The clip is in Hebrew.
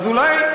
אז אולי,